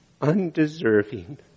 undeserving